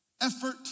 Effort